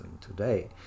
today